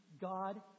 God